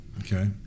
Okay